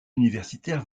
universitaire